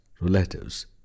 relatives